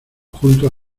juntos